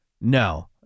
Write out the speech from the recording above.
No